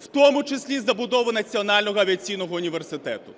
в тому числі і забудову Національного авіаційного університету.